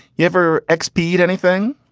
you ever expiate anything.